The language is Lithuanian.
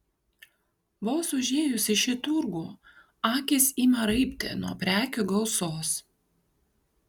vos užėjus į šį turgų akys ima raibti nuo prekių gausos